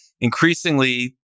increasingly